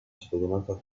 cittadinanza